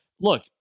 look